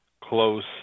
close